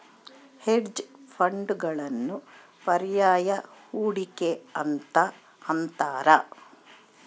hedge ಫಂಡ್ಗಳನ್ನು ಪರ್ಯಾಯ ಹೂಡಿಕೆ ಅಂತ ಅಂತಾರ